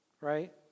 right